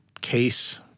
case